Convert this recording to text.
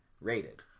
rated